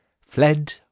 fled